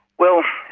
well,